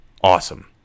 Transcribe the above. awesome